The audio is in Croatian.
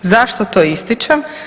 Zašto to ističem?